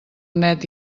net